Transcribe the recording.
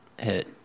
Hit